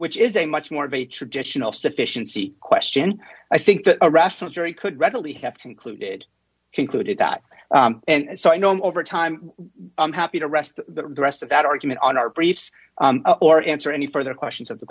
which is a much more of a traditional sufficiency question i think that a rational jury could readily have concluded concluded that and so i don't over time i'm happy to rest the rest of that argument on our briefs or answer any further questions of the